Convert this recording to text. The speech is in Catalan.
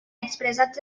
expressats